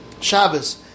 Shabbos